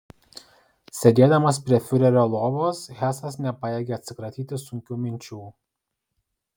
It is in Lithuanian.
sėdėdamas prie fiurerio lovos hesas nepajėgė atsikratyti sunkių minčių